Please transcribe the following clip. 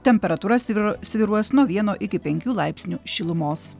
temperatūra svyruos svyruos nuo vieno iki penkių laipsnių šilumos